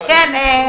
א"ג: